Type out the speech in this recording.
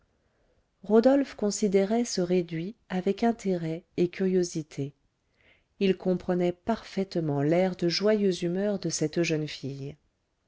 rodolphe considérait ce réduit avec intérêt et curiosité il comprenait parfaitement l'air de joyeuse humeur de cette jeune fille